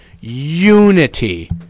Unity